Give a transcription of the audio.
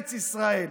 בארץ ישראל,